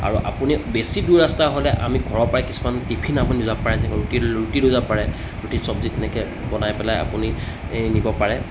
আৰু আপুনি বেছি দূৰ ৰাস্তা হ'লে আমি ঘৰৰ পৰাই কিছুমান টিফিন আপুনি যাব পাৰে যেনেকৈ ৰুটি ৰুটি লৈ যাব পাৰে ৰুটিৰ চব্জি তেনেকৈ বনাই পেলাই আপুনি ই নিব পাৰে